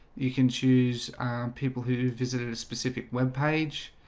you can choose people who visited a specific webpage